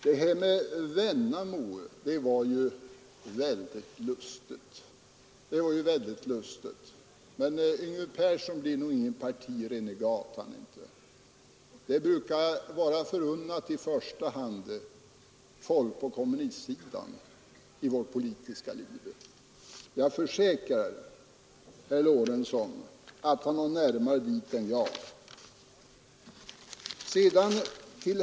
Det här med Vennamo var ju väldigt lustigt! Men Yngve Persson blir nog ingen partirenegat — det brukar i vårt politiska liv i första hand vara förunnat folk på kommunistsidan. Jag tror, herr Lorentzon, att han har närmare dit än jag.